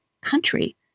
country